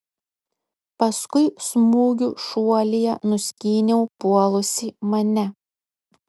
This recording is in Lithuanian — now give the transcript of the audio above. paskui smūgiu šuolyje nuskyniau puolusį mane